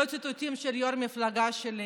לא ציטוטים של יושב-ראש המפלגה שלי